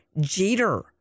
Jeter